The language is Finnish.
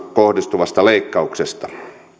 kohdistuvasta leikkauksesta